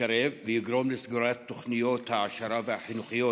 קרב ולגרום לסגירת תוכניות ההעשרה החינוכיות